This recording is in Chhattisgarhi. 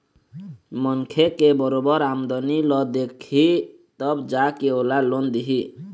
मनखे के बरोबर आमदनी ल देखही तब जा के ओला लोन दिही